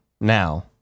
now